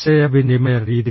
ആശയവിനിമയ രീതി